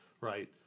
right